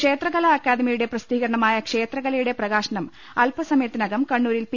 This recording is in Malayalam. ക്ഷേത്രകലാ അക്കാദമിയുടെ പ്രസിദ്ധീകരണമായ ക്ഷേത്രക ലയുടെ പ്രകാശനം അൽപ്പസമയത്തിനകം കണ്ണൂരിൽ പി